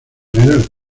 general